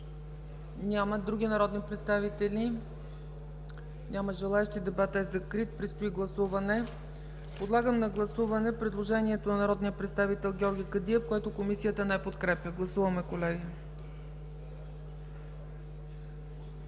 Няма. Други народни представители? Няма желаещи. Дебатът е закрит. Предстои гласуване. Подлагам на гласуване предложението на народния представител Георги Кадиев, което Комисията не подкрепя. Гласуваме, колеги.